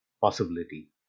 possibility